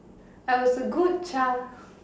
I was a good child